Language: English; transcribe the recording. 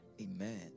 Amen